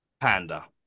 Panda